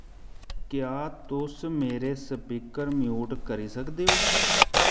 क्या तुस मेरे स्पीकर म्यूट करी सकदे ओ